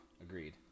Agreed